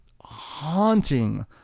haunting